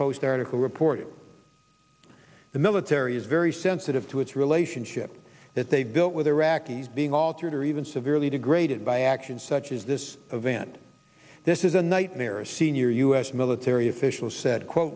post article reported the military is very sensitive to its relationship that they built with iraqis being altered or even severely degraded by actions such as this event this is a nightmare a senior u s military official said quote